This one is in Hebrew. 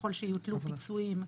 ככל שיוטלו פיצויים,